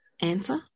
answer